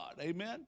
Amen